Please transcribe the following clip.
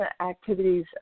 activities